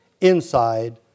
inside